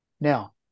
Now